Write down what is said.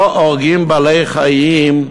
לא הורגים בעלי-חיים,